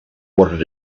what